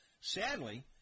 sadly